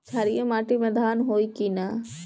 क्षारिय माटी में धान होई की न?